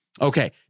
Okay